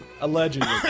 Allegedly